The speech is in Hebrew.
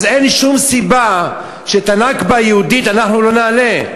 אז אין שום סיבה שאת הנכבה היהודית אנחנו לא נעלה.